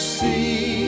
see